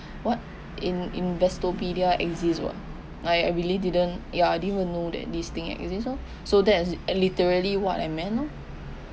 what in investopedia exist [what] I I really didn't ya I didn't even know that this thing exist loh so that is uh literally what I meant loh